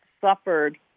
suffered